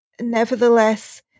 nevertheless